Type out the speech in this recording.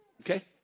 Okay